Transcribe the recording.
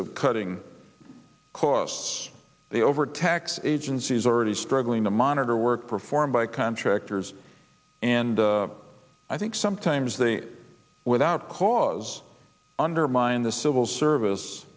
of cutting costs they overtax agencies already struggling to monitor work performed by contractors and i think sometimes they without cause undermine the civil service